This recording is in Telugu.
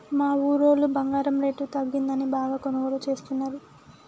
మా ఊరోళ్ళు బంగారం రేటు తగ్గిందని బాగా కొనుగోలు చేస్తున్నరు